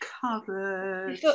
covered